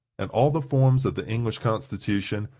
and all the forms of the english constitution,